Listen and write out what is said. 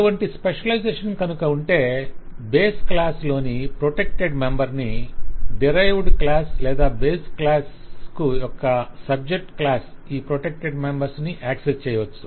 అటువంటి స్పెషలైజేషన్ కనుక ఉంటే బేస్ క్లాస్ లోని ప్రొటెక్టెడ్ మెంబర్ ని డిరైవ్డ్ క్లాస్ లేదా బేస్ క్లాస్కు యొక్క స్పెషలైజ్డ్ క్లాస్ ఈ ప్రొటెక్టెడ్ మెంబర్స్ ని యాక్సెస్ చేయవచ్చు